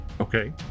Okay